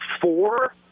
four